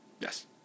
Yes